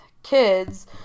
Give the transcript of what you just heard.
kids